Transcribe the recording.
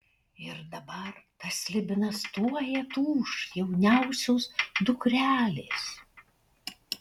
ir dabar tas slibinas tuoj atūš jauniausios dukrelės